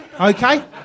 Okay